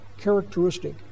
characteristic